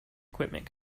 equipment